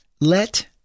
Let